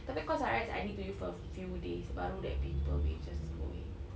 tapi Cosrx I need to use for a few days baru that pimple will just go away